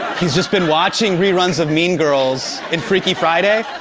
he's just been watching reruns of mean girls and freaky friday.